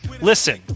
Listen